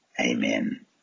Amen